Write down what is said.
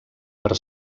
per